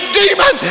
demon